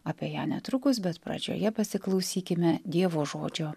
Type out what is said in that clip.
apie ją netrukus bet pradžioje pasiklausykime dievo žodžio